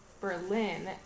Berlin